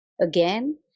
again